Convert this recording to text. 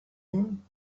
him